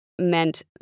meant